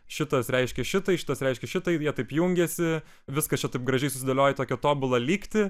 šitas reiškia šitai šitas reiškia šitai ir jie taip jungiasi viskas čia taip gražiai susidėlioja į tokią tobulą lygtį